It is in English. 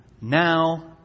now